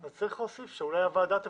אז צריך להוסיף שאולי הוועדה תבטל.